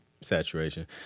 saturation